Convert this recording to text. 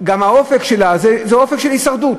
גם האופק שלה זה אופק של הישרדות.